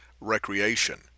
recreation